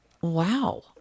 Wow